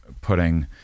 putting